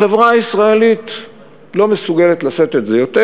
החברה הישראלית לא מסוגלת לשאת את זה יותר.